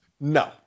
No